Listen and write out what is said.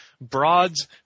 broads